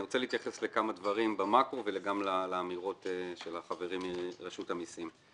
אני רוצה להתייחס לכמה דברים במקרו וגם לאמירות של החברים מרשות המסים.